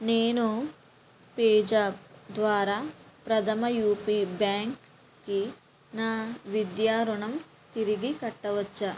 నేను పేజాప్ ద్వారా ప్రథమ యూపీ బ్యాంక్కి నా విద్యా రుణం తిరిగి కట్టవచ్చా